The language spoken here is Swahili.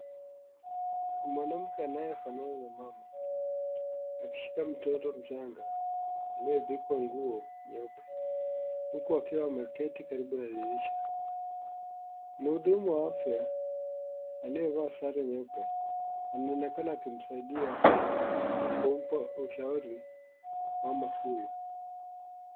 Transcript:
Ni mwanamke anayefanana na mama akishika mtoto mchanga, aliyevikwa nguo nyeupe huku akiwa ameketi karibu na dirisha. Mhudumu wa afya, aliyevaa sare nyeupe, anaonekana akimsaidia au kumpa ushauri mama huyu.